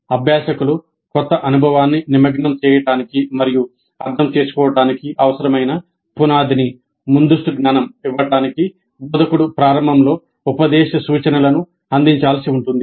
అభ్యాసకులు కొత్త అనుభవాన్ని నిమగ్నం చేయడానికి మరియు అర్థం చేసుకోవడానికి అవసరమైన పునాదిని ఇవ్వడానికి బోధకుడు ప్రారంభంలో ఉపదేశ సూచనలను అందించాల్సి ఉంటుంది